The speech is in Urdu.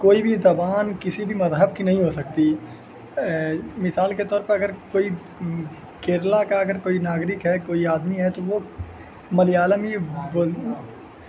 کوئی بھی زبان کسی بھی مذہب کی نہیں ہو سکتی مثال کے طور پر اگر کوئی کیرلا کا اگر کوئی ناگرک ہے کوئی آدمی ہے تو وہ ملیالم میں